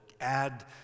add